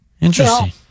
Interesting